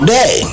day